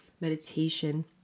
meditation